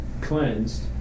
cleansed